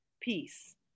peace